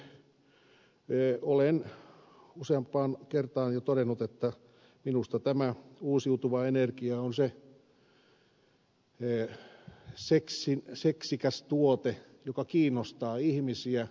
sen takia olen useampaan kertaan jo todennut että minusta tämä uusiutuva energia on se seksikäs tuote joka kiinnostaa ihmisiä